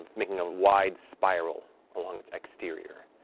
making a wide spiral along its exterior.